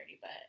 but-